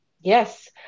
yes